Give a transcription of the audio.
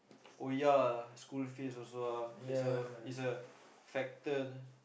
oh ya school fees also ah plays a is a factor